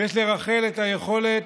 ויש לרח"ל את היכולת,